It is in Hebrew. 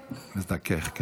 מזדכך.